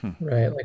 right